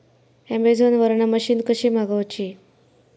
Amazon वरन machine कशी मागवची?